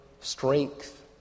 strength